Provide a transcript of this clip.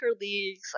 leagues